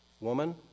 woman